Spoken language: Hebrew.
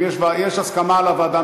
אם יש הסכמה על הוועדה,